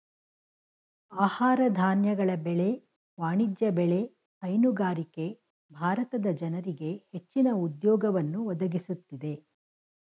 ಆಹಾರ ಧಾನ್ಯಗಳ ಬೆಳೆ, ವಾಣಿಜ್ಯ ಬೆಳೆ, ಹೈನುಗಾರಿಕೆ ಭಾರತದ ಜನರಿಗೆ ಹೆಚ್ಚಿನ ಉದ್ಯೋಗವನ್ನು ಒದಗಿಸುತ್ತಿದೆ